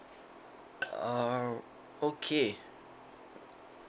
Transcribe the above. uh okay